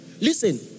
Listen